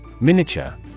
miniature